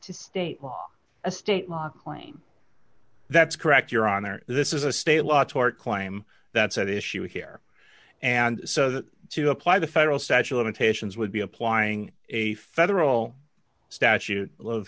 to state law a state law claim that's correct your honor this is a state law tort claim that's at issue here and so that to apply the federal statute imitations would be applying a federal statute of